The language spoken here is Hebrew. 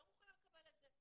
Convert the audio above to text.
לא מוכנה לקבל את זה.